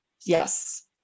Yes